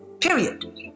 Period